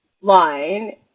line